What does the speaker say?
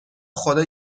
خدا